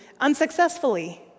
unsuccessfully